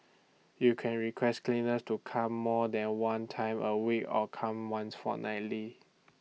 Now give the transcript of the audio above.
you can request cleaners to come more than one time A week or come once fortnightly